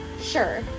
sure